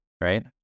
Right